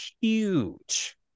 Huge